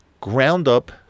ground-up